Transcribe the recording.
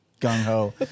gung-ho